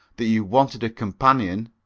that you wanted a companion.